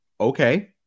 Okay